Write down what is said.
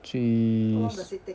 去